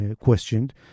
questioned